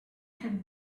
had